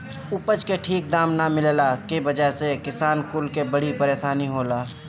उपज के ठीक दाम ना मिलला के वजह से किसान कुल के बड़ी परेशानी होला